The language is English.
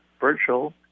virtual